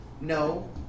no